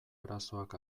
arazoak